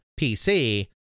PC